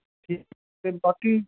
ਤੇ ਬਾਕੀ